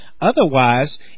Otherwise